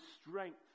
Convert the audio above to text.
strength